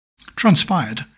Transpired